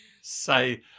say